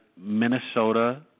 Minnesota